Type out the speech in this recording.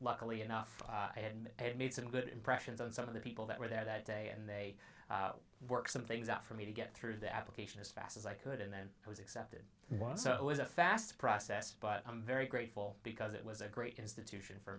luckily enough i had had made some good impressions on some of the people that were there that day and they work some things out for me to get through the application as fast as i could and then i was accepted one so it was a fast process but i'm very grateful because it was a great instituti